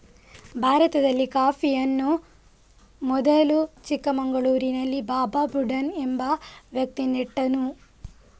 ಭಾರತದಲ್ಲಿ ಕಾಫಿಯನ್ನು ಮೊದಲು ಚಿಕ್ಕಮಗಳೂರಿನಲ್ಲಿ ಬಾಬಾ ಬುಡನ್ ಎಂಬ ವ್ಯಕ್ತಿ ನೆಟ್ಟನು